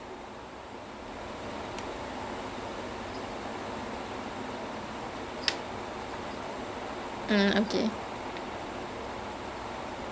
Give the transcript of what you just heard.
ya I don't think I can do anything unusual also like I mean if you have a superpower and it's unusual [what] so what do they mean by unusual superpower